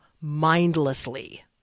mindlessly